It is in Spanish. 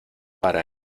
para